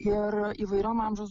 ir įvairiom amžiaus